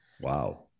Wow